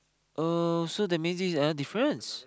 oh so that means that is another difference